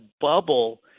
bubble